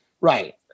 right